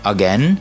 Again